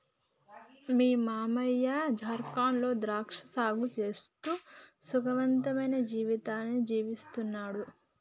మీ మావయ్య జార్ఖండ్ లో ద్రాక్ష సాగు చేస్తూ సుఖవంతమైన జీవితాన్ని జీవిస్తున్నాడు